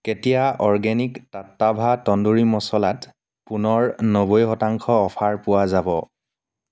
কেতিয়া অ'ৰ্গেনিক টাট্টাভা তন্দুৰী মচলা ত পুনৰ নব্বৈ শতাংশ অফাৰ পোৱা যাব